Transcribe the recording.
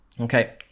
Okay